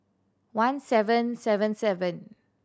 one seven seven seven